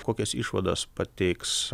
kokias išvadas pateiks